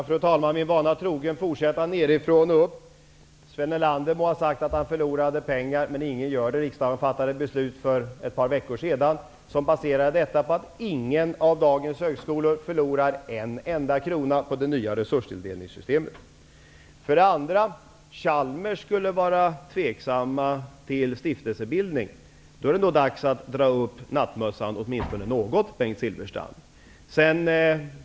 Fru talman! Min vana trogen fortsätter jag nedifrån och upp. Sven Erlander må ha sagt att han förlorade pengar, men det gör ingen. Riksdagen fattade ett beslut för ett par veckor sedan som grundades på att ingen av dagens högskolor förlorar en enda krona på det nya resurstilldelningssystemet. På Chalmers skulle man enligt Bengt Silfverstrand vara tveksam till stiftelsebildning. Det är nog dags att dra upp nattmössan åtminstone något, Bengt Silfverstrand.